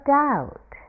doubt